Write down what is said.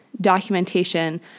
documentation